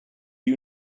you